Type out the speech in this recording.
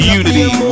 unity